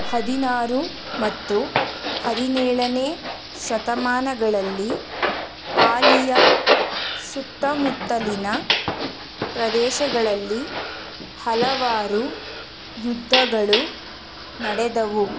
ಹದಿನಾರು ಮತ್ತು ಹದಿನೇಳನೇ ಶತಮಾನಗಳಲ್ಲಿ ಪಾಲಿಯ ಸುತ್ತಮುತ್ತಲಿನ ಪ್ರದೇಶಗಳಲ್ಲಿ ಹಲವಾರು ಯುದ್ಧಗಳು ನಡೆದವು